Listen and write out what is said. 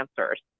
answers